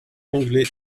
anglais